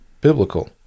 Biblical